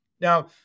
Now